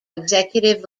executive